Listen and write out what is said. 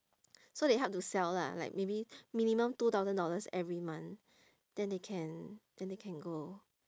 so they help to sell lah like maybe minimum two thousand dollars every month then they can then they can go